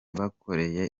bakoreye